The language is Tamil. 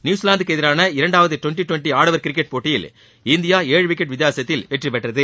நியூசிலாந்துக்கு எதிராள இரண்டாவது டிவெண்டி டிவெண்டி ஆடவர் கிரிக்கெட் போட்டியில் இந்தியா ஏழு விக்கெட் வித்தியாசத்தில் வெற்றி பெற்றது